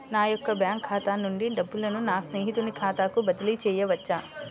నా యొక్క బ్యాంకు ఖాతా నుండి డబ్బులను నా స్నేహితుని ఖాతాకు బదిలీ చేయవచ్చా?